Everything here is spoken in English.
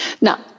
Now